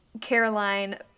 Caroline